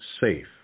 safe